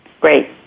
Great